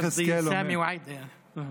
מסא א-נור, אהלן וסהלן.